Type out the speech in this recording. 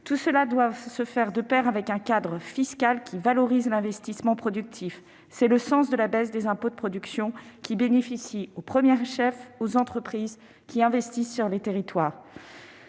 Cela doit aller de pair avec un cadre fiscal valorisant l'investissement productif. C'est le sens de la baisse des impôts de production, qui bénéficie, au premier chef, aux entreprises investissant sur les territoires.